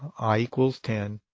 i equals ten,